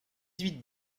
huit